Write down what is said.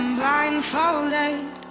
blindfolded